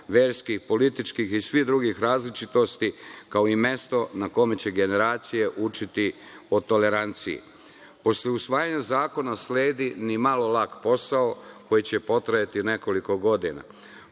verskih, političkih i svih drugih različitosti, kao i mesto na kome će generacije učiti o toleranciji. Posle usvajanja zakona sledi nimalo lak posao koji će potrajati nekoliko godina.